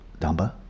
Damba